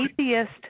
atheist